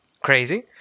crazy